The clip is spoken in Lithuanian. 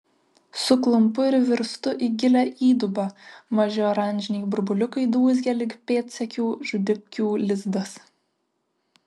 suklumpu ir virstu į gilią įdubą maži oranžiniai burbuliukai dūzgia lyg pėdsekių žudikių lizdas